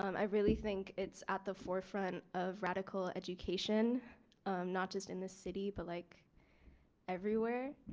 um i really think it's at the forefront of radical education not just in this city but like everywhere.